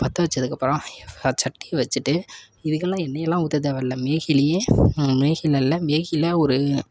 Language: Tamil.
பற்ற வெச்சதுக்கப்புறம் வ சட்டியை வச்சுட்டு இதுக்கெல்லாம் எண்ணெயெல்லாம் ஊற்ற தேவைல்ல மேகிலேயே மேகியில் இல்லை மேகியில் ஒரு